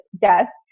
death